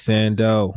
Sando